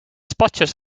spotjes